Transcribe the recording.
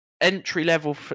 entry-level